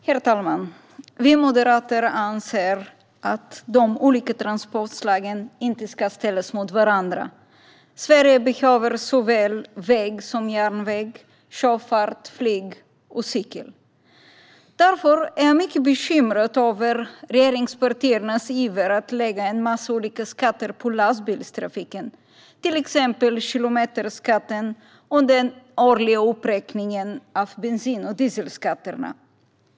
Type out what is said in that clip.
Herr talman! Vi moderater anser att de olika transportslagen inte ska ställas mot varandra. Sverige behöver såväl väg som järnväg, sjöfart, flyg och cykel. Därför är jag mycket bekymrad över regeringspartiernas iver att lägga en massa olika skatter på lastbilstrafiken, till exempel kilometerskatten och den årliga uppräkningen av bensin och dieselskatterna.